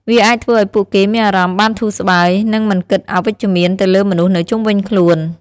វាអាចធ្វើអោយពួកគេមានអារម្មណ៍បានធូរស្បើយ និងមិនគិតអវិជ្ជមានទៅលើមនុស្សនៅជុំវិញខ្លួន។